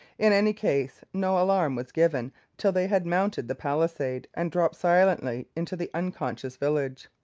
in any case, no alarm was given till they had mounted the palisade and dropped silently into the unconscious village.